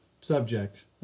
subject